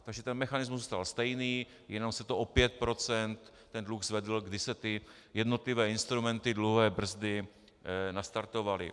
Takže mechanismus zůstal stejný, jenom se o 5 % dluh zvedl, kdy se jednotlivé instrumenty dluhové brzdy nastartovaly.